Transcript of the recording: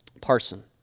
Parson